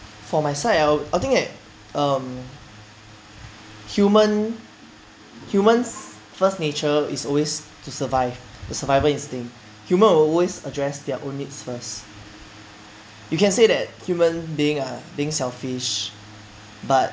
for my side I'll I'll think that um human humans first nature is always to survive the survival instinct human always address their own needs first you can say that human being are being selfish but